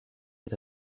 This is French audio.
est